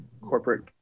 corporate